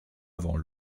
avant